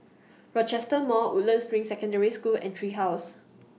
Rochester Mall Woodlands Ring Secondary School and Tree House